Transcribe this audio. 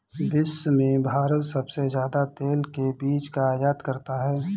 विश्व में भारत सबसे ज्यादा तेल के बीज का आयत करता है